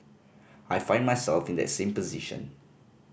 I find myself in that same position